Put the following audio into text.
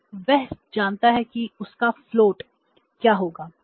तो वह जानता है कि उसका फ्लोट होगा